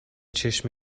چشم